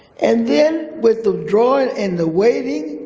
and then with the drawing and the waving,